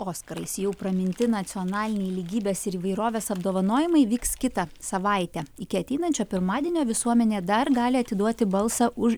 oskarais jau praminti nacionaliniai lygybės ir įvairovės apdovanojimai vyks kitą savaitę iki ateinančio pirmadienio visuomenė dar gali atiduoti balsą už